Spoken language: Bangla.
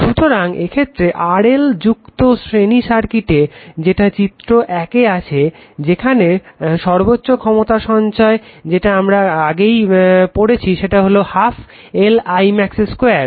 সুতরাং এক্ষেত্রে RL যুক্ত শ্রেণী সার্কিটে যেটা চিত্র 1এ আছে সেখানে সর্বোচ্চ ক্ষমতা সঞ্চয় যেটা আমারা আগেই পড়েছি সেটা হলো 12 L I max 2